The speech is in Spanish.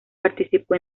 participó